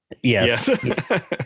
yes